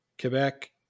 Quebec